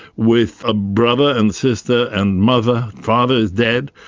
with a brother and sister and mother, father is dead,